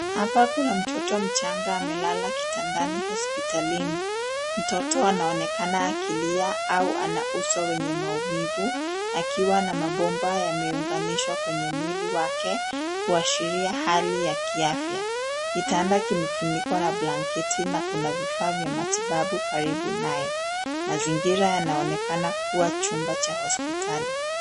Hapa kuna mtoto mchanga amelala kitandani hospitalini. Mtoto anaonekana akilia au ana uso wenye maumivu, akiwa na mabomba yameunganishwa kwenye mwili wake, kuashiria hali ya kiafya. Kitanda kimefunikwa na blanketi na kuna vifaa vya matibabu karibu naye. Mazingira yanaonekana kuwa chumba cha hospitali.